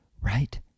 right